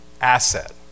asset